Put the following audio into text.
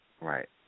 right